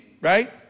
right